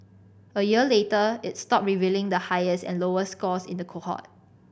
a year later it stopped revealing the highest and lowest scores in the cohort